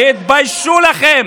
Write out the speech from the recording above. תתביישו לכם.